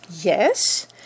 yes